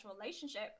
relationship